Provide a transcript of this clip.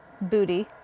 booty